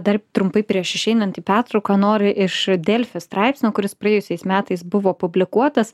dar trumpai prieš išeinant į pertrauką noriu iš delfi straipsnio kuris praėjusiais metais buvo publikuotas